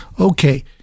Okay